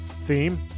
theme